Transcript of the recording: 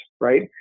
right